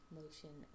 motion